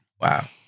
Wow